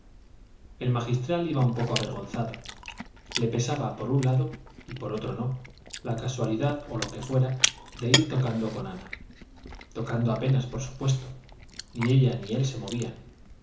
el magistral iba un poco avergonzado le pesaba por un lado y por otro no la casualidad o lo que fuera de ir tocando con ana tocando apenas por supuesto ni ella ni él se movían